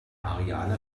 ariane